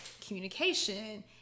communication